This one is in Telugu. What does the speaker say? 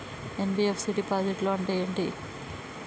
ఎన్.బి.ఎఫ్.సి డిపాజిట్లను అంటే ఏంటి?